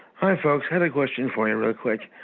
folks had a question for you real quick.